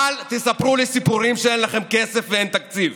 אל תספרו לי סיפורים שאין לכם כסף ואין תקציב.